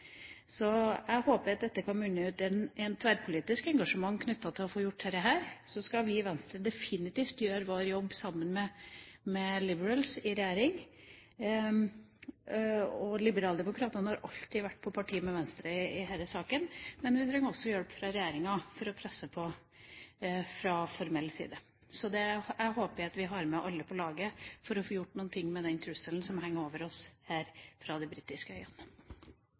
så mange feil. Jeg håper dette kan munne ut i et tverrpolitisk engasjement for å få gjort noe med dette. Så skal vi i Venstre definitivt gjøre vår jobb sammen med the Liberals i regjering. Liberaldemokratene har alltid vært på parti med Venstre i denne saken, men vi trenger også hjelp fra regjeringa for å presse på fra formell side. Jeg håper vi har med alle på laget for å få gjort noe med den trusselen som henger over oss her fra de britiske øyene.